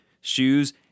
shoes